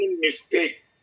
mistake